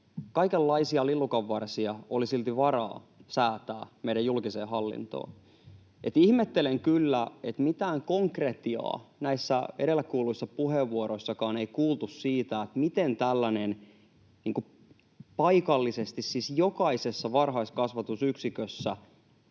kaikenlaisia lillukanvarsia oli silti varaa säätää meidän julkiseen hallintoon. Ihmettelen kyllä, että mitään konkretiaa näissä edellä kuulluissa puheenvuoroissakaan ei kuultu siitä, miten tällainen paikallisesti siis jokaisessa varhaiskasvatusyksikössä